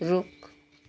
रूख